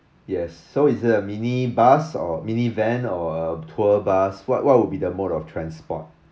yes so is there a mini bus or mini van or a tour bus what what will be the mode of transport